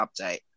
update